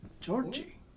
Georgie